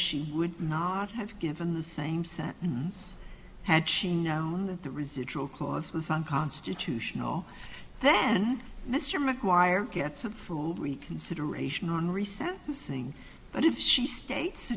she would not have given the same sentence had she known the residual clause was unconstitutional then mr maguire gets a full reconsideration on re sentencing but if she states